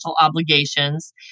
obligations